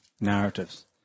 narratives